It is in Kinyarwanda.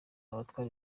abatwara